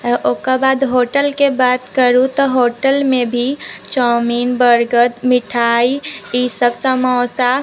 ओकर बाद होटलके बात करू तऽ होटलमे भी चाउमीन बर्गर मिठाइ ईसभ समौसा